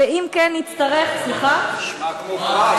נשמע כמו פרס.